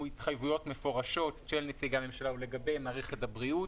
התחייבויות מפורשות של נציגי הממשלה הוא לגבי מערכת הבריאות.